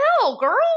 girl